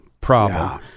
problem